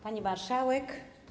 Pani Marszałek!